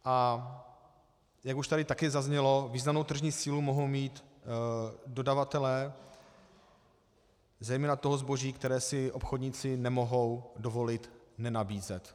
A jak už tady taky zaznělo, významnou tržní sílu mohou mít dodavatelé zejména toho zboží, které si obchodníci nemohou dovolit nenabízet.